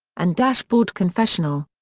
and dashboard confessional.